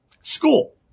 School